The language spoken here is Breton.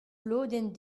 lodenn